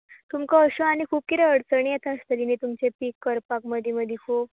तुमकां अश्यो आनी खूब कितें अडचणी येता आसतली न्ही तुमचें पीक करपाक मदीं मदीं खूब